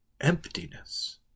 emptiness